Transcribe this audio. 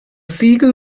seagull